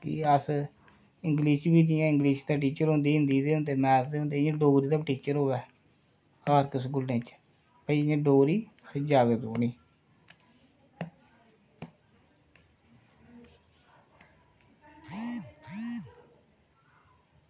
अस इंगलिश च बी जियां इंगलिश दे टीचर होंदे हिंदी दे होंदे मैथ दे होंदे इंया डोगरी दा बी टीचर होऐ हर इक्क स्कूलें च भई इंया डोगरी साढ़ी जागृत रौह्नी